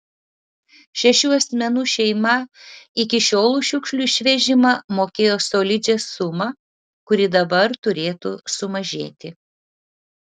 šešių asmenų šeima iki šiol už šiukšlių išvežimą mokėjo solidžią sumą kuri dabar turėtų sumažėti